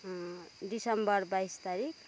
दिसम्बर बाइस तारिक